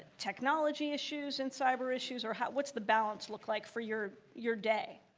technology issues and cyber issues, or what's the balance look like for your your day?